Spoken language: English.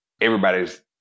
everybody's